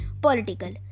political